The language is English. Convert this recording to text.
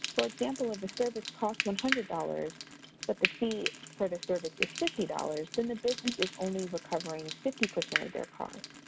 for example, if a service costs one hundred dollars but the fee for the service is fifty dollars, then the business is only recovering fifty percent of their costs.